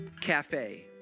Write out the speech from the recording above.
Cafe